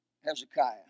Hezekiah